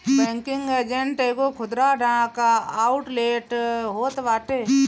banking agent एगो खुदरा डाक आउटलेट होत बाटे